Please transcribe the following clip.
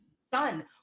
son